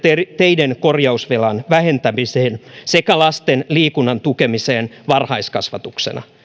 teiden korjausvelan vähentämiseen sekä lasten liikunnan tukemiseen varhaiskasvatuksessa